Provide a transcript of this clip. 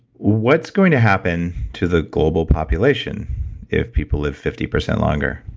what's going to happen to the global population if people live fifty percent longer?